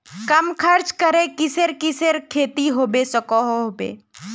कम खर्च करे किसेर किसेर खेती होबे सकोहो होबे?